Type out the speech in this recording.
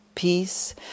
Peace